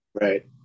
right